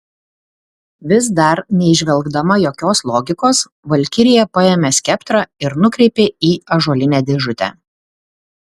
vis dar neįžvelgdama jokios logikos valkirija paėmė skeptrą ir nukreipė į ąžuolinę dėžutę